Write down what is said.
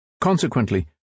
Consequently